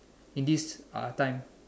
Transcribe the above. in these uh time